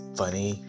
funny